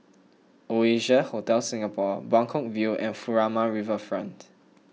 Oasia Hotel Singapore Buangkok View and Furama Riverfront